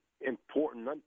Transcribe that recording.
important